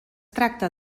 tracta